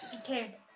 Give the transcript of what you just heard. Okay